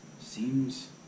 seems